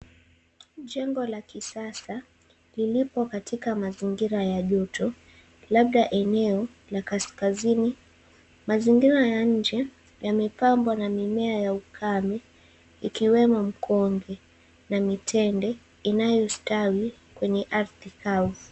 Jengo la kisasa lilipo katika mazingira ya joto, labda eneo la kaskazini. Mazingira ya inje yamepambwa na mimea ya ukame ikiwemo mkonge na mitende inayostawi kwenye ardhi kavu.